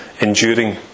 enduring